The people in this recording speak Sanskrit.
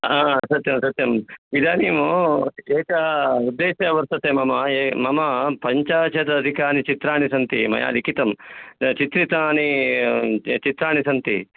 हा सत्यं सत्यम् इदानीम् एकः उद्देशः वर्तते मम मम पञ्चाशदधिकानि चित्राणि सन्ति मया लिखितं चित्रितानि चित्राणि सन्ति